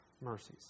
mercies